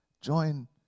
join